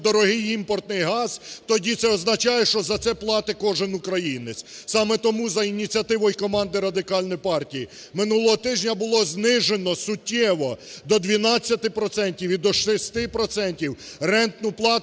дорогий імпортний газ, тоді це означає, що за це платить кожний українець. Саме тому за ініціативою команди Радикальної партії минулого тижня було знижено суттєво, до 12 процентів і